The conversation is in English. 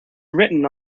written